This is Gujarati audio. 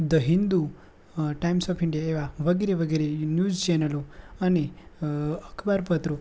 the Hindu Times of India એવા વગેરે વગેરે ન્યૂઝ ચેનલો અને અખબાર પત્રો